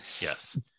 yes